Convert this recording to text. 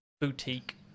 boutique